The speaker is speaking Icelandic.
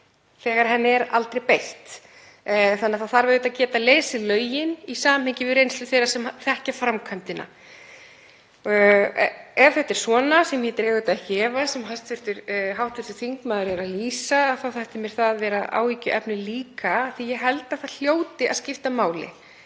þegar henni er aldrei beitt. Það þarf auðvitað að geta lesið lögin í samhengi við reynslu þeirra sem þekkja framkvæmdina. Ef þetta er svona, sem ég dreg auðvitað ekki í efa, eins og hv. þingmaður er að lýsa þá þætti mér það vera áhyggjuefni líka því að ég held að það hljóti að skipta máli